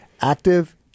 Active